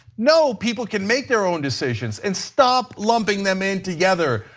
no, people can make their own decisions and stop lumping them in together.